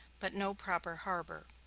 but no proper harbor.